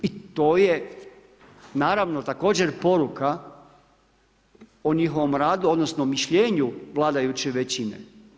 I to je naravno također poruka o njihovom radu, odnosno mišljenju vladajuće većine.